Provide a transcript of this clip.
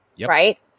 Right